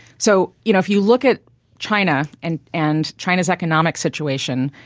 so you know if you look at china and and china's economic situation,